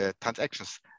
transactions